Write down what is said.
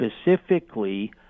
specifically